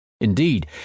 Indeed